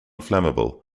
flammable